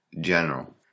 general